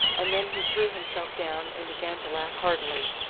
and then he threw himself down and began to laugh heartily,